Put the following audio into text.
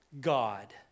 God